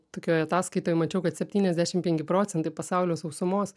tokioj ataskaitoj mačiau kad septyniasdešimt penki procentai pasaulio sausumos